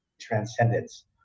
Transcendence